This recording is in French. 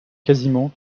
quasiment